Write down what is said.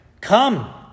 come